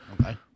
Okay